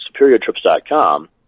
SuperiorTrips.com